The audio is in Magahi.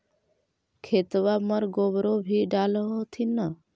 खेतबा मर गोबरो भी डाल होथिन न?